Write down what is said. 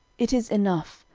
it is enough,